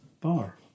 bar